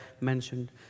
mentioned